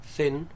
Thin